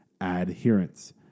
adherence